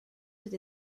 with